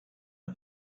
are